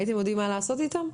הייתם יודעים מה לעשות איתם?